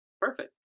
Perfect